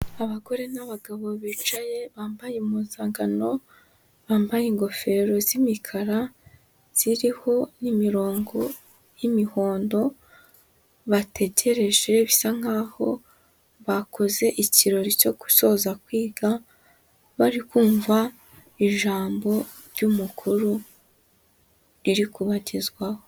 Abagore n'abagabo bicaye, bambaye impuzankankano, bambaye ingofero z'imikara ziriho n'imirongo y'imihondo, bategereje bisa nkaho bakoze ikirori cyo gusoza kwiga, bari kumva ijambo ry'umukuru riri kubagezwaho.